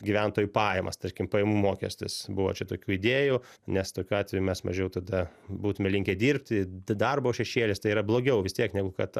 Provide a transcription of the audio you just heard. gyventojų pajamas tarkim pajamų mokestis buvo čia tokių idėjų nes tokiu atveju mes mažiau tada būtume linkę dirbti darbo šešėlis tai yra blogiau vis tiek negu kad